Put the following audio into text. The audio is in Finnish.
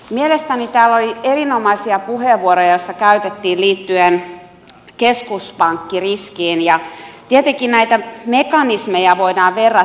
mielestäni täällä oli erinomaisia puheenvuoroja joita käytettiin liittyen keskuspankkiriskiin ja tietenkin näitä mekanismeja voidaan verrata